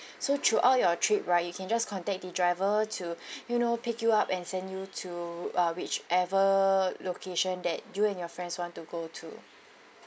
so throughout your trip right you can just contact the driver to you know pick you up and send you to uh whichever location that you and your friends want to go to